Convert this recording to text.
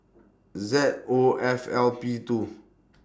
Z O F L P two